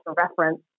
reference